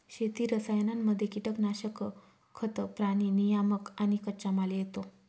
शेती रसायनांमध्ये कीटनाशक, खतं, प्राणी नियामक आणि कच्चामाल येतो